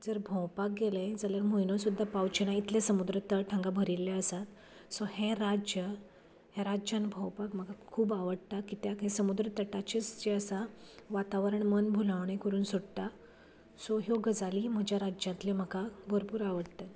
जर भोंवपाक गेलें जाल्यार म्हयनो सुद्दां पावचेंना इतलें समुद्र तट हांगा भरिल्ले आसात सो हें राज्य ह्या राज्यांत भोंवपाक म्हाका खूब आवडटा कित्याक हें समुद्र तटाचेरच जें आसा वातावरण मनभुलवणें करून सोडटा सो ह्यो गजाली म्हज्या राज्यांतलें म्हाका भरपूर आवडटा